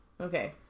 Okay